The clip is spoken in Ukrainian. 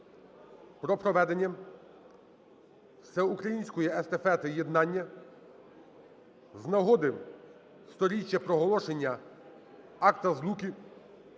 про проведення Всеукраїнської Естафети Єднання з нагоди 100-річчя проголошення Акта Злуки